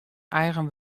eigen